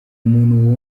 umuntu